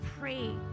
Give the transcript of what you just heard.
pray